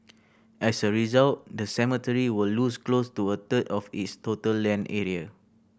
as a result the cemetery will lose close to a third of its total land area